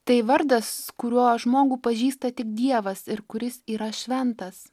tai vardas kuriuo žmogų pažįsta tik dievas ir kuris yra šventas